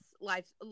life